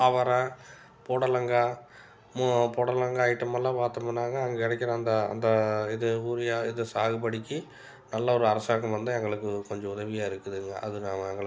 அவரை புடலங்காய் மொ புடலங்காய் ஐட்டமெல்லாம் பார்த்தம்னாங்க அங்கே கிடைக்கிற அந்த அந்த இது யூரியா இது சாகுபடிக்கு நல்ல ஒரு அரசாங்கம் வந்து எங்களுக்கு கொஞ்சம் உதவியாக இருக்குதுங்க அது நான் எங்களுக்கு